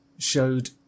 showed